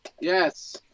yes